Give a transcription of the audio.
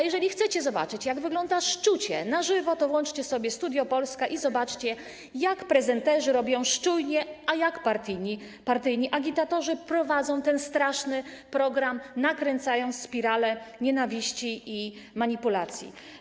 Jeżeli chcecie zobaczyć, jak wygląda szczucie na żywo, to włączcie sobie Studio Polska i zobaczcie, jak prezenterzy robią szczujnię, a jak partyjni agitatorzy prowadzą ten straszny program, nakręcając spiralę nienawiści i manipulacji.